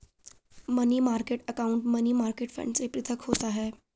money market account money market fund से पृथक होता है